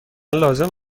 لازم